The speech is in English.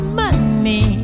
money